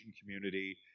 community